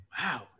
Wow